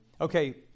Okay